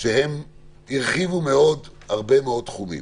שהן הרחיבו הרבה מאוד תחומים.